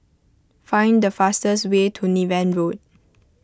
find the fastest way to Niven Road